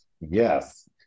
yes